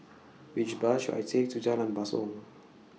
Which Bus should I Take to Jalan Basong